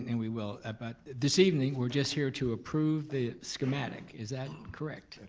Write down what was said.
and we will, but this evening, we're just here to approve the schematic, is that correct?